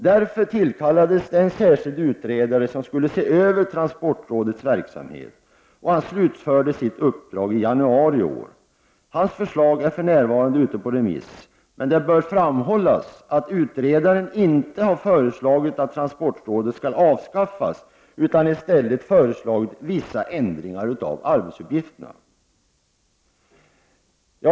Därför tillkallades en särskild utredare som skulle se över transportrådets verksamhet, och han slutförde sitt uppdrag i januari i år. Hans förslag är för närvarande ute på remiss, men det bör framhållas att utredaren inte har föreslagit att transportrådet skall avskaffas utan i stället föreslagit vissa ändringar av arbetsuppgifterna.